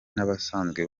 n’abasanzwe